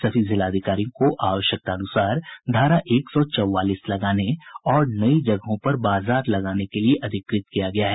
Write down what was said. सभी जिलाधिकारियों को आवश्यकतानुसार धारा एक सौ चौवालीस लगाने और नई जगहों पर भीड़ भाड़ वाली बाजार लगाने के लिये अधिकृत किया गया है